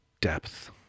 depth